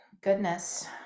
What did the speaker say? goodness